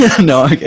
No